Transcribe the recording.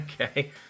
okay